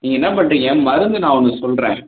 நீங்கள் என்னப் பண்ணுறீங்க மருந்து நான் ஒன்று சொல்லுறேன்